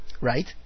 Right